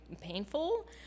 painful